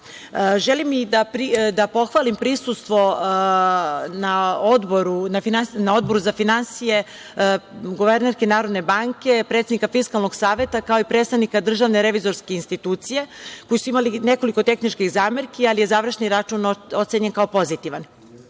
da pohvalim prisustvo na Odboru za finansije guvernerke Narodne banke, predsednika Fiskalnog saveta, kao i predstavnika DRI koji su imali nekoliko tehničkih zamerki, ali je završni račun ocenjen kao pozitivan.